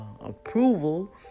approval